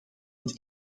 het